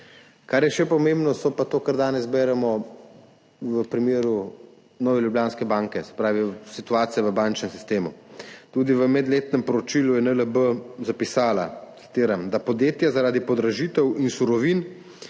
Kar je še pomembno, je pa to, kar danes beremo v primeru Nove Ljubljanske banke. Se pravi situacija v bančnem sistemu. Tudi v medletnem poročilu je NLB zapisala, da, citiram, »podjetja zaradi podražitev in surovin